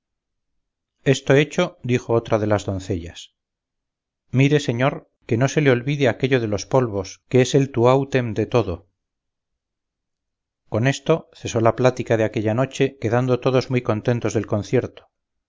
esto hecho dijo otra de las doncellas mire señor que no se le olvide aquello de los polvos que es el tuáutem de todo con esto cesó la plática de aquella noche quedando todos muy contentos del concierto